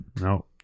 No